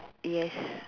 yes